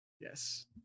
yes